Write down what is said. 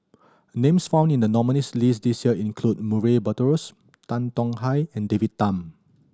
names found in the nominees' list this year include Murray Buttrose Tan Tong Hye and David Tham